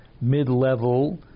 mid-level